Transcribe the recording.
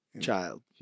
child